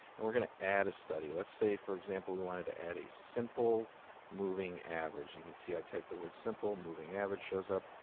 and we're going to add a study. let's say, for example, we wanted to add a simple moving average. you can see i typed the word simple, moving average shows up.